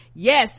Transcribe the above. Yes